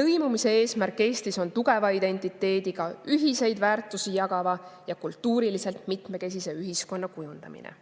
Lõimumise eesmärk Eestis on tugeva identiteediga, ühiseid väärtusi jagava ja kultuuriliselt mitmekesise ühiskonna kujundamine."